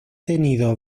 tenido